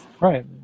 right